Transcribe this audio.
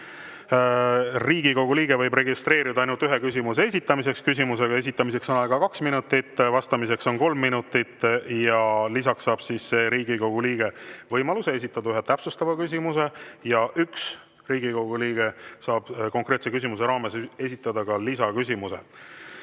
Riigikogu liige võib registreeruda ainult ühe küsimuse esitamiseks, küsimuse esitamiseks on aega kaks minutit, vastamiseks on kolm minutit ja lisaks saab see Riigikogu liige võimaluse esitada ühe täpsustava küsimuse ja üks Riigikogu liige saab konkreetse küsimuse raames esitada lisaküsimuse.